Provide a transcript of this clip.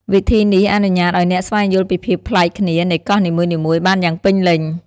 វិធីនេះអនុញ្ញាតឲ្យអ្នកស្វែងយល់ពីភាពប្លែកគ្នានៃកោះនីមួយៗបានយ៉ាងពេញលេញ។